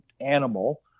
animal